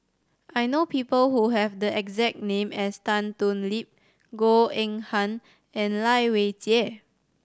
I know people who have the exact name as Tan Thoon Lip Goh Eng Han and Lai Weijie